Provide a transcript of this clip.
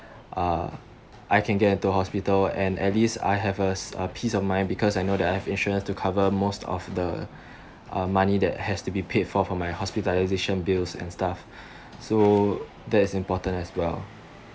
uh I can get into hospital and at least I have a s~ a peace of mind because I know that I have insurance to cover most of the uh money that has to be paid for for my hospitalisation bills and stuff so that is important as well